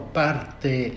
parte